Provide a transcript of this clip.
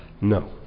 No